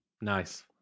Nice